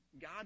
God